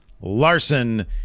Larson